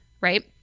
right